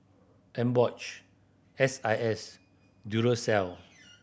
Emborch S I S Duracell